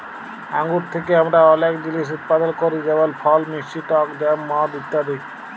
আঙ্গুর থ্যাকে আমরা অলেক জিলিস উৎপাদল ক্যরি যেমল ফল, মিষ্টি টক জ্যাম, মদ ইত্যাদি